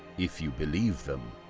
if you believe them,